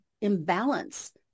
imbalance